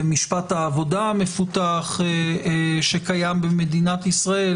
במשפט העבודה המפותח שקיים במדינת ישראל